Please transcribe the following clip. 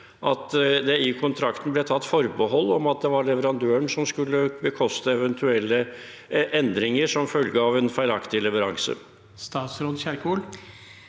at det i kontrakten ble tatt forbehold om at det var leverandøren som skulle bekoste eventuelle endringer som følge av en feilaktig leveranse?